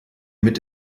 mit